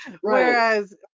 Whereas